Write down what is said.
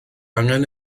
angen